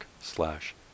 slash